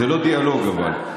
זה לא דיאלוג, אבל.